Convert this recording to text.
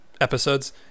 episodes